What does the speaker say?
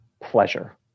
pleasure